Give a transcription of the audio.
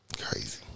Crazy